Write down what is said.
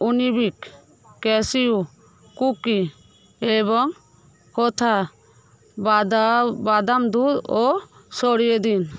উনিবিক cashew cookie এবং কোথা বাদা বাদাম দুধও সরিয়ে দিন